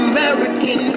American